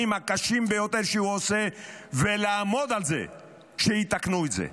הקשים ביותר שהוא עושה ולעמוד על זה שיתקנו את זה.